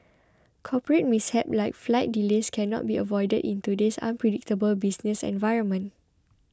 corporate mishaps like flight delays cannot be avoided in today's unpredictable business environment